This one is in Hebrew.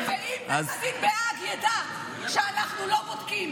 ואם בית הדין בהאג ידע שאנחנו לא בודקים